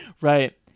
Right